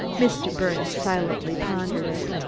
mr. birnes silently pondered it.